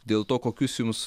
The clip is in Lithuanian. dėl to kokius jums